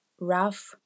rough